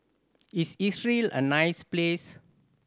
is Israel a nice place